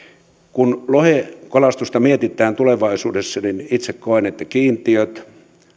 kun lohen kalastusta mietitään tulevaisuudessa niin niin itse koen että kiintiöt